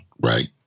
right